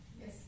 Yes